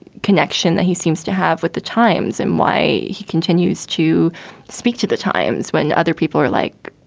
connection that he seems to have with the times and why he continues to speak to the times when other people are like,